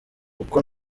uko